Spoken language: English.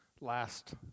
last